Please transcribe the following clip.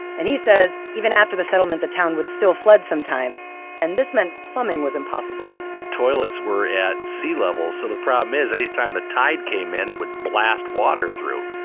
and he says, even after the settlement, the town would still flood sometimes. and this meant plumbing was impossible the toilets were at sea level, so the problem is anytime the tide came in, it would blast water through.